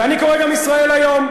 ואני קורא גם "ישראל היום",